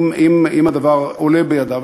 אם הדבר עולה בידו.